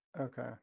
Okay